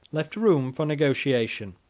left room for negotiation.